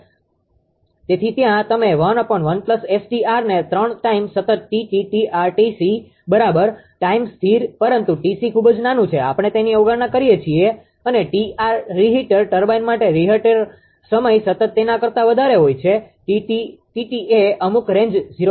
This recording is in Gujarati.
તેથી ત્યાં તમે 11 𝑆𝑇𝑐 ને 3 ટાઇમ સતત 𝑇𝑡 𝑇𝑟 અને 𝑇𝑐 બરાબરટાઇમ સ્થિર પરંતુ 𝑇𝑐 ખૂબ જ નાનું છે આપણે તેની અવગણના કરીએ છીએ અને 𝑇𝑟 રિહટર ટર્બાઇન માટે રીહટર સમય સતત તેના કરતા વધારે હોય છે 𝑇𝑡 𝑇𝑡 એ અમુક રેન્જ 0